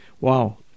wow